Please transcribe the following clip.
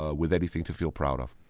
ah with anything to feel proud of.